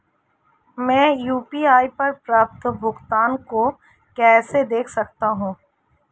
मैं यू.पी.आई पर प्राप्त भुगतान को कैसे देख सकता हूं?